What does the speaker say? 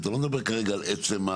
אתה לא מדבר כרגע על עצם,